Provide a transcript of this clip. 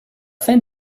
fin